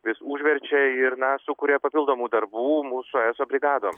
vis užverčia ir na sukuria papildomų darbų mūsų eso brigadom